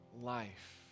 life